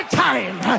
time